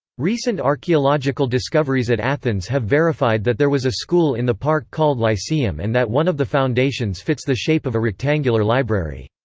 recent archaeological discoveries at athens have verified that there was a school in the park called lyceum and that one of the foundations fits the shape of a rectangular library.